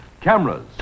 cameras